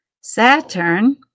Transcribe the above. saturn